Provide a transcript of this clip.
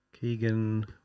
Keegan